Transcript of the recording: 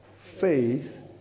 Faith